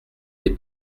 des